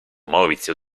maurizio